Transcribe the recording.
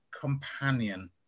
companion